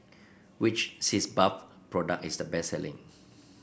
which Sitz Bath product is the best selling